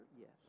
Yes